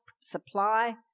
supply